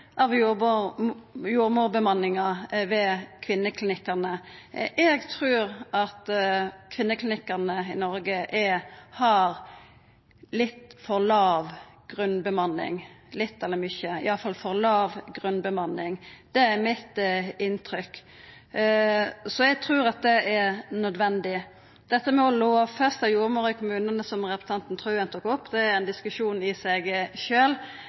av jordmorbemanninga ved kvinneklinikkane. Eg trur at kvinneklinikkane i Noreg har litt – eller mykje – for låg grunnbemanning, iallfall for låg grunnbemanning. Det er inntrykket mitt, så eg trur at det er nødvendig. Dette med å lovfesta jordmorteneste i kommunane, som representanten Wilhelmsen Trøen tok opp, er ein diskusjon i seg